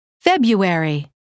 February